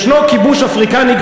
יש כיבוש אפריקני,